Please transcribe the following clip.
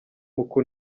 muku